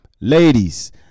ladies